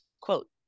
quote